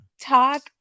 talk